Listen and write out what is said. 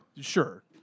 Sure